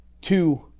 Two